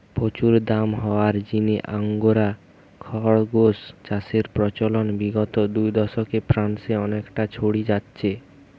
প্রচুর দাম হওয়ার জিনে আঙ্গোরা খরগোস চাষের প্রচলন বিগত দুদশকে ফ্রান্সে অনেকটা ছড়ি যাইচে